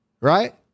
right